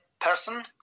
person